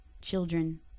children